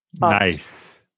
Nice